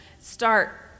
start